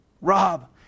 Rob